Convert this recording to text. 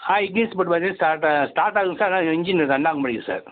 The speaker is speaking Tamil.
ஆ இக்னிஸ் போட்டு பார்த்தேன் ஸ்டார்டா ஸ்டார்ட் ஆகுதுங்க சார் ஆனால் இன்ஜின்னு ரன் ஆக மாட்டிக்கிது சார்